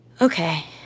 Okay